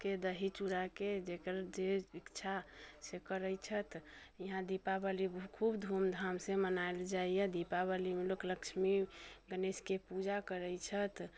के दही चूड़ाके जकर जे इच्छा से करै छथि इहाँ दीपावली खूब धूमधामसँ मनायल जाइए दीपावलीमे लोक लक्ष्मी गणेशके पूजा करै छथि